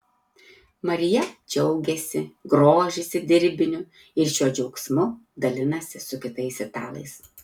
marija džiaugiasi grožisi dirbiniu ir šiuo džiaugsmu dalinasi su kitais italais